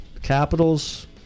capitals